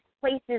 places